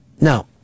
Now